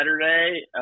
Saturday